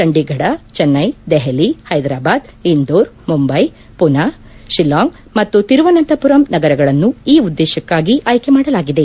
ಚಂಡೀಗಢ ಚೆನ್ನೈ ದೆಹಲಿ ಹೈದ್ರಾಬಾದ್ ಇಂದೋರ್ ಮುಂಬೈ ಪುನಾ ಶಿಲಾಂಗ್ ಮತ್ತು ತಿರುವನಂತಪುರಂ ನಗರಗಳನ್ನು ಈ ಉದ್ದೇಶಕ್ಕಾಗಿ ಆಯ್ಕೆ ಮಾಡಲಾಗಿದೆ